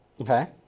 Okay